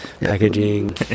packaging